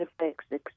effects